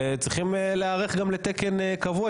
וצריכים להיערך גם לתקן קבוע,